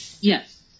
yes